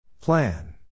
Plan